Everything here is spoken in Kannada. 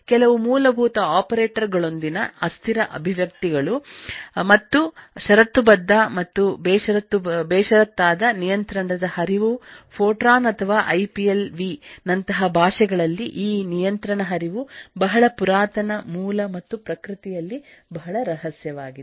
ಕೆಲವು ಮೂಲಭೂತ ಆಪರೇಟರ್ ಗಳೊಂದಿಗಿನ ಅಸ್ಥಿರ ಅಭಿವ್ಯಕ್ತಿಗಳು ಮತ್ತು ಷರತ್ತುಬದ್ಧ ಮತ್ತು ಬೇಷರತ್ತಾದ ನಿಯಂತ್ರಣದ ಹರಿವು ಫೋರ್ಟ್ರಾನ್ ಅಥವಾ ಐಪಿಎಲ್ ವಿ ನಂತಹ ಭಾಷೆಗಳಲ್ಲಿ ಈ ನಿಯಂತ್ರಣ ಹರಿವು ಬಹಳ ಪುರಾತನ ಮೂಲ ಮತ್ತುಪ್ರಕೃತಿಯಲ್ಲಿ ಬಹಳ ರಹಸ್ಯವಾಗಿದೆ